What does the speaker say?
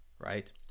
right